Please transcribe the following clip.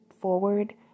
forward